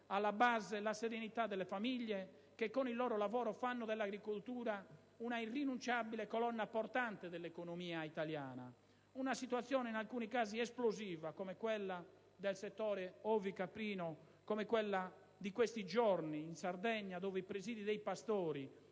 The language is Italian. alla base la serenità delle famiglie che con il loro lavoro fanno dell'agricoltura una irrinunciabile colonna portante dell'economia italiana. Una situazione in alcuni casi esplosiva come quella del settore ovi-caprino, come quella di questi giorni in Sardegna dove i presidi dei pastori,